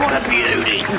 beauty?